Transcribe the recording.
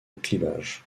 clivage